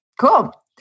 cool